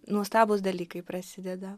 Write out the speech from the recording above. nuostabūs dalykai prasideda